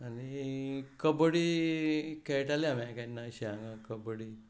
आनी कबड्डी खेळटाले आमी केन्नाय अशे